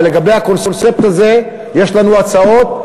ולגבי הקונספט הזה יש לנו הצעות.